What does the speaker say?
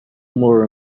more